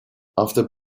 after